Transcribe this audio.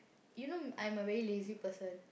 you know I'm a very lazy person